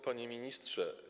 Panie Ministrze!